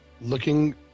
Looking